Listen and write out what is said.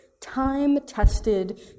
time-tested